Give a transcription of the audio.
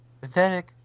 Pathetic